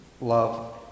love